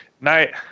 Night